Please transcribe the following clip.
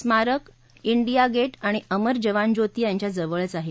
स्मारक India Gate आणि अमर जवान ज्योती यांच्या जवळच आहे